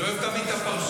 אני אוהב תמיד את הפרשנות.